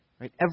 right